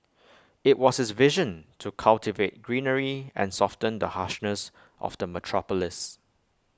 IT was his vision to cultivate greenery and soften the harshness of the metropolis